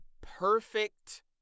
perfect